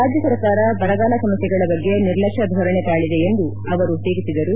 ರಾಜ್ಯ ಸರ್ಕಾರ ಬರಗಾಲ ಸಮಸ್ಥೆಗಳ ಬಗ್ಗೆ ನಿರ್ಲಕ್ಷ್ಮ ಧೋರಣೆ ತಾಳಿದೆ ಎಂದು ಅವರು ಟೀಕಿಸಿದರು